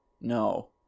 No